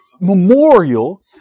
memorial